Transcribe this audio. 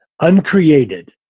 uncreated